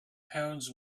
pounds